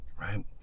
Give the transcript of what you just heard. Right